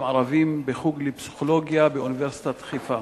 ערבים בחוג לפסיכולוגיה באוניברסיטת חיפה.